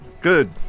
Good